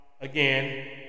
Again